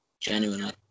Genuinely